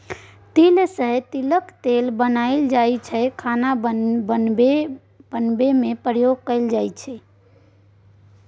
तिल सँ तिलक तेल बनाएल जाइ छै खाना बनेबा मे प्रयोग होइ छै